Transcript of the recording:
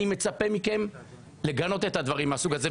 אני מצפה מכם לגנות את הדברים מהסוג הזה.